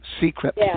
secret